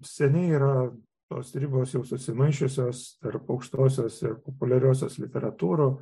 seniai yra tos ribos jau susimaišiusios tarp aukštosios ir populiariosios literatūrų